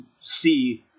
see